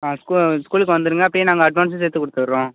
ஆ school ஸ்கூலுக்கு வந்துடுங்க அப்டி நாங்கள் அட்வான்ஸ்ஸும் சேர்த்து கொடுத்துட்றோம்